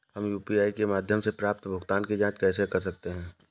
हम यू.पी.आई के माध्यम से प्राप्त भुगतान की जॉंच कैसे कर सकते हैं?